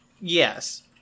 Yes